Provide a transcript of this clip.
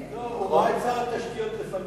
לא, הוא ראה את שר התשתיות לפניו.